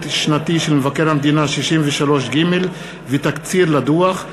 שנתי של מבקר המדינה 63ג ותקציר הדוח,